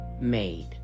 made